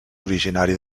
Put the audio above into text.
originari